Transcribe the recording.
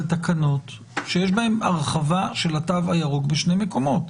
תקנות שיש בהן הרחבה של התו הירוק בשני מקומות.